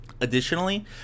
additionally